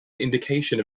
indication